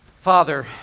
Father